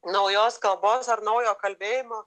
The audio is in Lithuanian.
naujos kalbos ar naujo kalbėjimo